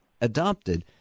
adopted